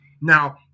Now